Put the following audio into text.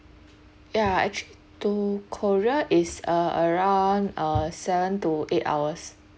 ya actually to korea is uh around uh seven to eight hours